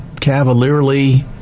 cavalierly